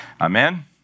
Amen